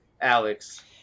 Alex